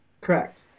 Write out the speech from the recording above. correct